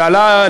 שעלה,